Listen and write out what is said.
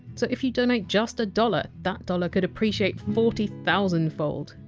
so if you donate just a dollar, that dollar could appreciate forty thousand fold!